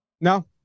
No